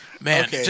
Man